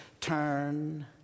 turn